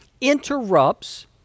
interrupts